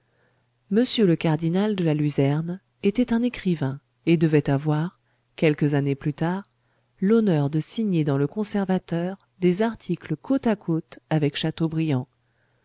m le cardinal de la luzerne était un écrivain et devait avoir quelques années plus tard l'honneur de signer dans le conservateur des articles côte à côte avec chateaubriand